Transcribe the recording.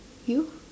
you